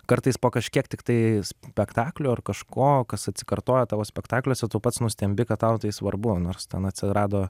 kartais po kažkiek tiktai spektaklių ar kažko kas atsikartoja tavo spektakliuose tu pats nustembi kad tau tai svarbu nors ten atsirado